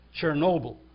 Chernobyl